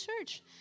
church